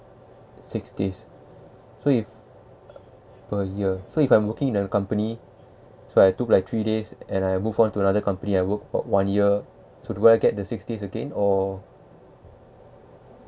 six days so if per year so if I'm working in the company so I took like three days and I move on to another company I work for one year so do I get the six days again or